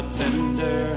tender